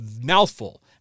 mouthful